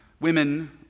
Women